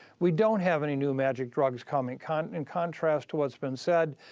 we don't have any new magic drugs coming, kind of in contrast to what's been said.